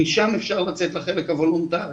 משם אפשר לצאת לחלק הוולונטרי,